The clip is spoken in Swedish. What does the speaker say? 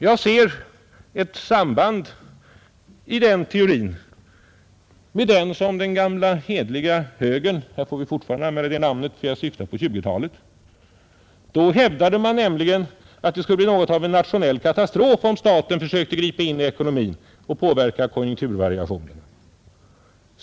Jag ser ett samband mellan denna teori och den som den gamla hederliga högern — här får jag fortfarande använda den benämningen, eftersom jag syftar på 1920-talet — hävdade, nämligen att det skulle bli något av en nationell katastrof om staten försökte gripa in i ekonomin och påverka konjunkturvariationerna.